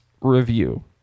review